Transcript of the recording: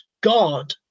God